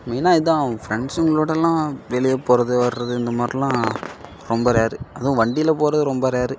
மெயினாக இதான் ஃப்ரெண்ட்ஸுங்களோடலாம் வெளியே போகிறது வர்றது இந்த மாதிரில்லாம் ரொம்ப ரேரு அதுவும் வண்டியில் போகிறது ரொம்ப ரேரு